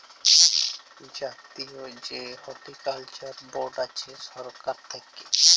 জাতীয় যে horticulture board আছে সরকার থাক্যে